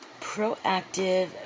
proactive